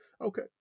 Okay